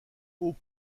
haut